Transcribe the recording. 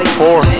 four